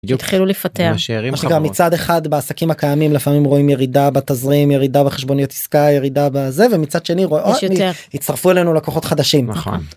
התחילו לפטר. מצד אחד בעסקים הקיימים לפעמים רואים ירידה בתזרים ירידה בחשבוניות עסקה ירידה בזה ומצד שני רואה יותר הצטרפו אלינו לקוחות חדשים.